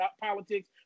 politics